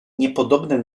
niepodobne